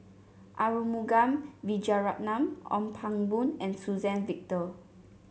Arumugam Vijiaratnam Ong Pang Boon and Suzann Victor